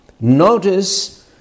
Notice